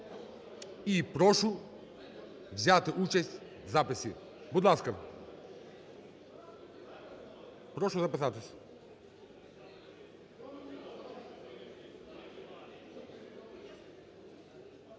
і прошу взяти участь в записі. Будь ласка, прошу записатись.